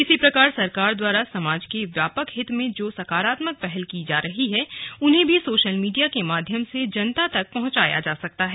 इसी प्रकार सरकार द्वारा समाज के व्यापक हित में जो सकारात्मक पहल की जा रही है उन्हें भी सोशल मीडिया के माध्यम से जनता तक पहुंचाया जा सकता है